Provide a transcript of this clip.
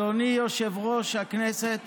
אדוני יושב-ראש הכנסת